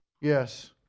Yes